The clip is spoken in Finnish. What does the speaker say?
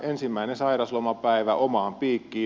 ensimmäinen sairaslomapäivä omaan piikkiin